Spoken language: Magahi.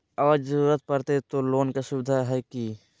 अगर जरूरत परते तो लोन के सुविधा है की?